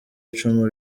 icumu